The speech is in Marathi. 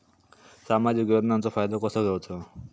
सामाजिक योजनांचो फायदो कसो घेवचो?